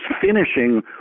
finishing